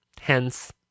hence